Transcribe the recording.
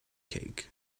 cake